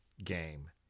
Game